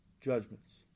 judgments